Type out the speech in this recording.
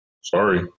Sorry